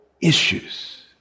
issues